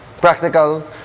practical